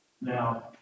Now